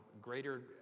greater